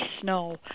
snow